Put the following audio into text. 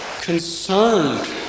concerned